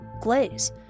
Glaze